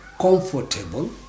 comfortable